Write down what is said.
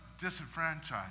disenfranchised